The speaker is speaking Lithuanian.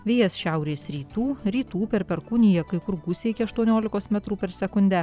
vėjas šiaurės rytų rytų per perkūniją kai kur gūsiai iki aštuoniolikos metrų per sekundę